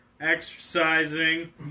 exercising